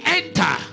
enter